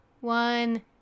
one